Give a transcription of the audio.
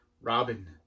Robin